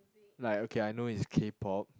like okay I know it's K-pop